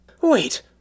Wait